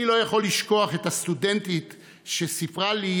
לכן אני שואל, סליחה,